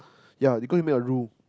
yea you go and make a rule